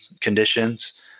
conditions